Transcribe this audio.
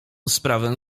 sprawę